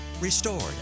restored